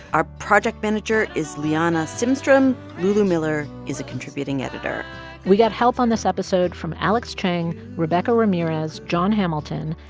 our project manager is liana simstrom. lulu miller is a contributing editor we've had help on this episode from alex chang, rebecca ramirez, jon hamilton,